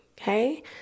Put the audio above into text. okay